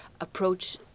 approach